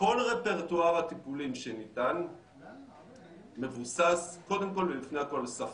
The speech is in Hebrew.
כל רפרטואר הטיפולים שניתן מבוסס קודם ל ולפני הכול על שפה.